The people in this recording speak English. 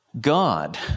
God